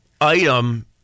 item